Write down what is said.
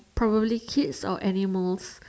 probably kids or animals